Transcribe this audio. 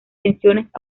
tensiones